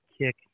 kick